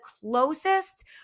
closest